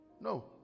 No